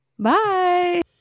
Bye